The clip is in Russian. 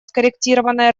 скорректированное